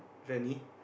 Fanny